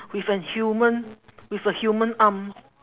with a human with a human arms